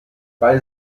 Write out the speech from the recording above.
bei